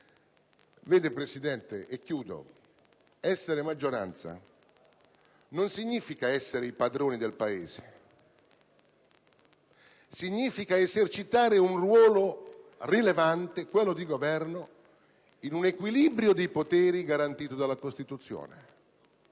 Vede, Presidente, essere maggioranza non significa essere i padroni del Paese: significa esercitare un ruolo rilevante, quello di governo, in un equilibrio dei poteri garantito dalla Costituzione.